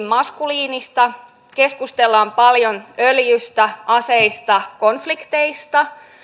maskuliinista keskustellaan paljon öljystä aseista konflikteista